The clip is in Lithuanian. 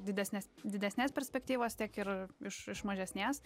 didesnės didesnės perspektyvos tiek ir iš iš mažesnės